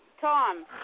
Tom